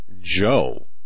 Joe